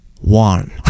One